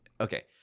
okay